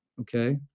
okay